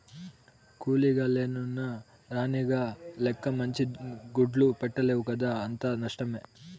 కూలీగ లెన్నున్న రాణిగ లెక్క మంచి గుడ్లు పెట్టలేవు కదా అంతా నష్టమే